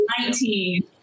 Nineteen